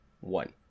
One